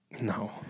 No